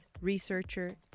researcher